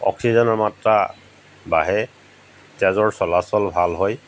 অক্সিজেনৰ মাত্ৰা বাঢ়ে তেজৰ চলাচল ভাল হয়